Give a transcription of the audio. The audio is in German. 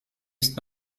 ist